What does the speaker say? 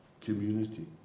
community